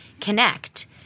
connect